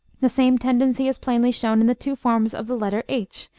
the same tendency is plainly shown in the two forms of the letter h,